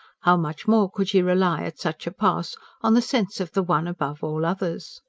how much more could she rely at such a pass on the sense of the one above all others.